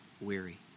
weary